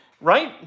right